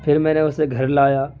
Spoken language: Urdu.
پھر میں نے اسے گھر لایا